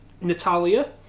Natalia